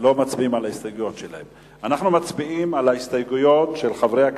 לא מצביעים על ההסתייגויות שלהם.